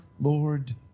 Lord